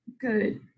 good